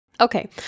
Okay